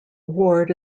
ward